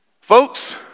Folks